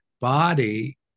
body